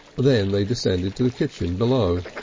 then they descended to the kitchen below.